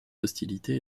hostilités